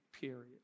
period